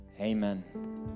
amen